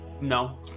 no